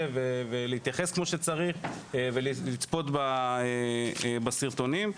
ולהתייחס כמו שצריך ולצפות בסרטונים,